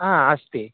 हा अस्ति